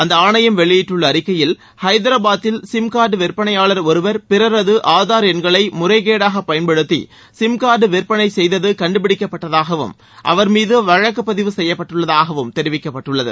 அந்த ஆணையம் வெளியிட்டுள்ள அறிக்கையில் ஹைதராபாத்தில் சிம் கார்டு விற்பனையாளர் ஒருவர் பிறரது ஆதார் எண்களை முறைகேடாக பயன்படுத்தி சிம் கார்டு விற்பனை செய்தது கண்டுபிடிக்கப்பட்டதாகவும் அவா் மீது வழக்கு பதிவு செய்யப்பட்டுள்ளதாகவும் தெரிவிக்கப்பட்டுள்ளது